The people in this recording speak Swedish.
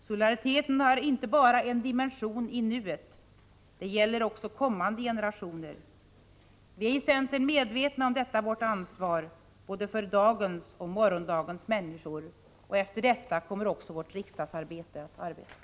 Solidariteten har inte bara en dimension i nuet. Den gäller också kommande generationer. I centern är vi medvetna om detta vårt ansvar för både dagens och morgondagens människor. Efter detta kommer också vårt riksdagsarbete att inriktas.